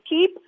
keep